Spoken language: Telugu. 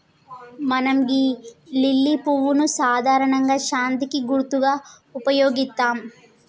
మనం గీ లిల్లీ పువ్వును సాధారణంగా శాంతికి గుర్తుగా ఉపయోగిత్తం